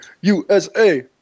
USA